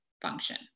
function